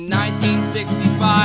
1965